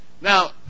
Now